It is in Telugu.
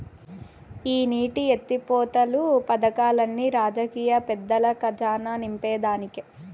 ఈ నీటి ఎత్తిపోతలు పదకాల్లన్ని రాజకీయ పెద్దల కజానా నింపేదానికే